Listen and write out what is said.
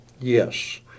Yes